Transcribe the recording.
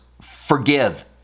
forgive